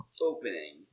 opening